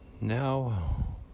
Now